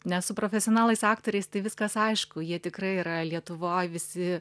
nes su profesionalais aktoriais tai viskas aišku jie tikrai yra lietuvoj visi